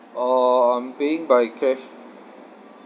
uh I'm paying by cash